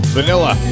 Vanilla